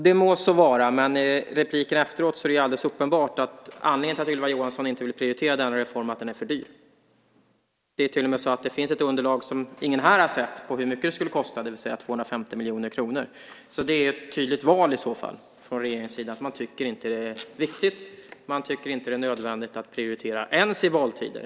Det må så vara, men att döma av statsrådets senaste inlägg är det uppenbart att anledningen till att Ylva Johansson inte vill prioritera denna reform är att den är för dyr. Det finns till och med ett underlag, som ingen här har sett, om hur mycket det skulle kosta: 250 miljoner kronor. Det är alltså ett tydligt val från regeringens sida. Man tycker inte att detta är viktigt och nödvändigt att prioritera ens i valtider.